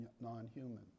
non-human